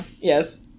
Yes